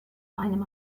einem